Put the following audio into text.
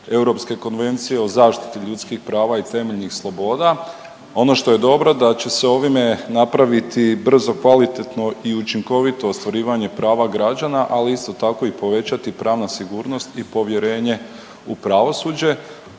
o zaštiti ljudskih prava i temeljnih sloboda. Ono što je dobro da će ovime napraviti brzo, kvalitetno i učinkovito ostvarivanje prava građana, ali isto tako i povećati pravna sigurnost i povjerenje u pravosuđe.